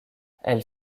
elle